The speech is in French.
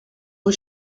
rue